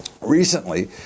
recently